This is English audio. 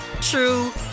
true